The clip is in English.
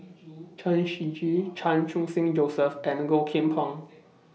Chen Shiji Chan Khun Sing Joseph and Low Kim Pong